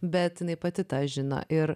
bet jinai pati tą žino ir